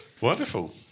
Wonderful